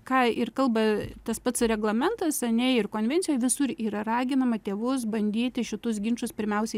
ką ir kalba tas pats reglamentas ane ir konvencijoj visur yra raginama tėvus bandyti šitus ginčus pirmiausiai